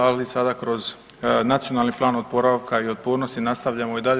Ali sada kroz Nacionalni plan oporavka i otpornosti nastavljamo i dalje.